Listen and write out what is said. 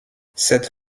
cette